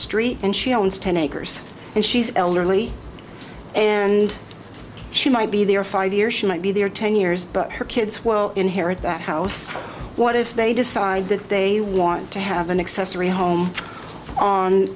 street and she owns ten acres and she's elderly and she might be there five year she might be there ten years but her kids well inherit that house what if they decide that they want to have an accessory home on